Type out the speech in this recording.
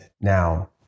Now